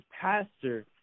pastor